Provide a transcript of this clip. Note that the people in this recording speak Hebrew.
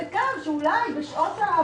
לשמור על הסטטוס קוו שלא יתרסק יותר.